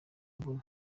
imvura